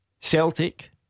Celtic